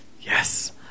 Yes